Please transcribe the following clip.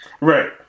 right